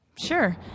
Sure